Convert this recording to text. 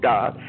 God